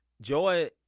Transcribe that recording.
joy